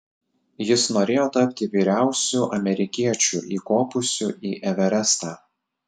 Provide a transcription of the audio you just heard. jis norėjo tapti vyriausiu amerikiečiu įkopusių į everestą